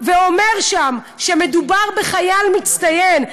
ואומר שם שמדובר בחייל מצטיין.